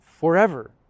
forever